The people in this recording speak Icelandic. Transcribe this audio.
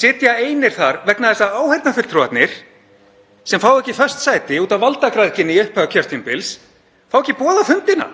sitja einir þar vegna þess að áheyrnarfulltrúarnir, sem fá ekki fast sæti út af valdagræðginni í upphafi kjörtímabils, fá ekki boð á fundina.